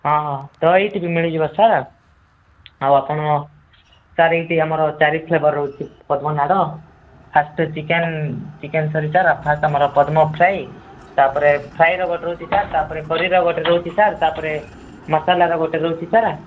ହଁ ହଁ ତ ଏଇଠି ବି ମିଳିଯିବ ସାର୍ ଆଉ ଆପଣ ସାର୍ ଏଇଠି ଆମର ଚାରି ଫ୍ଲେବର ରହୁଛି ପଦ୍ମନାଡ଼ ଫାଷ୍ଟ ଚିକେନ୍ ଚିକେନ୍ ସରିଷ୍ଟର ପଦ୍ମ ଫ୍ରାଏ ତା'ପରେ ଫ୍ରାଏର ଗୋଟେ ରହୁଛି ସାର୍ ତା'ପରେ ଗୋଟେ ରହୁଛି ସାର୍ ତା'ପରେ ମସଲାର ଗୋଟେ ରହୁଛି ସାର୍